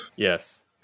Yes